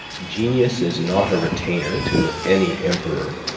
genius is not a retainer to any emperor,